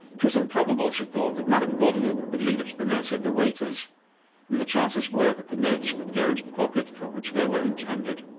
it was improbable, she thought, that madame gordeloup would leave it to the mercy of the waiters and the chances were that the notes would go into the pocket for which they were intended.